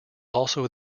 also